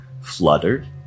fluttered